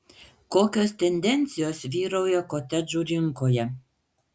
kokios tendencijos vyrauja kotedžų rinkoje